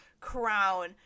crown